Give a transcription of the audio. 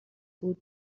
بود